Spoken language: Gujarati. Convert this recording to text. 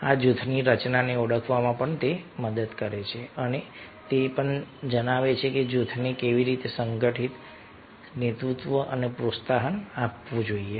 આ જૂથની રચનાને ઓળખવામાં મદદ કરે છે અને તે પણ જણાવે છે કે જૂથને કેવી રીતે સંગઠિત નેતૃત્વ અને પ્રોત્સાહન આપવું જોઈએ